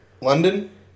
London